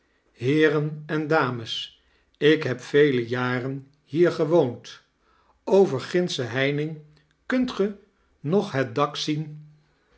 beeren en dames ik heb vele jaren hier gewoond over gindsche heining kunt ge nog het ink zien